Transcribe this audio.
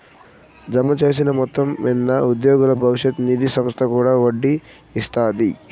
జమచేసిన మొత్తం మింద ఉద్యోగుల బవిష్యత్ నిది సంస్త కూడా ఒడ్డీ ఇస్తాది